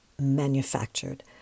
manufactured